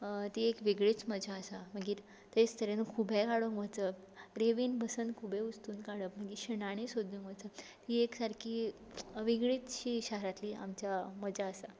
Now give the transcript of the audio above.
ती एक वेगळीच मजा आसा मागीर तेच तरेन खुबे काडूंक वचप रेंवेन बसन खुबे उस्तून काडप मागी शिणाणे सोदूंक वचप ती एक सारकी वेगळिचशी शारांतली आमच्या मजा आसा